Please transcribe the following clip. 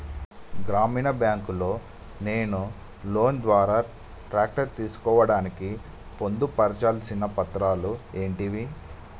గ్రామీణ బ్యాంక్ లో నేను లోన్ ద్వారా ట్రాక్టర్ తీసుకోవడానికి పొందు పర్చాల్సిన పత్రాలు ఏంటివి?